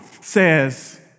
says